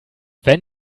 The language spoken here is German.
wenn